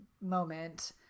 moment